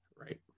right